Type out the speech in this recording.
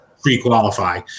pre-qualify